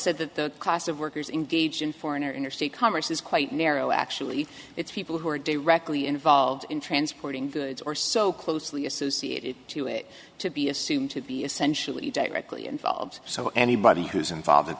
said that the class of workers in gaijin foreign or interstate commerce is quite narrow actually it's people who are directly involved in transporting goods or so closely associated to it to be assumed to be essentially directly involved so anybody who's involved